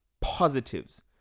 positives